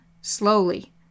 slowly